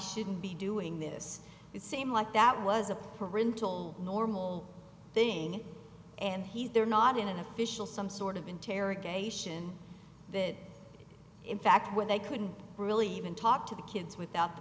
shouldn't be doing this it seem like that was a parental normal thing and he's they're not in an official some sort of interrogation that in fact when they couldn't really even talk to the kids without the